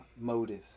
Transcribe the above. motive